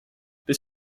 bis